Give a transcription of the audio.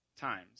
times